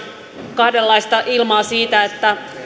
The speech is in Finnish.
kahdenlaista ilmaa siitä